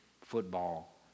football